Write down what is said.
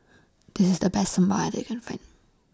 This IS The Best Sambar I that Can Find